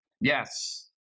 Yes